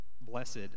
Blessed